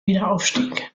wiederaufstieg